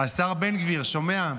השר בן גביר, שומע?